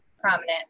prominent